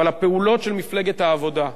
אבל הפעולות של מפלגת העבודה,